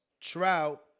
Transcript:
Trout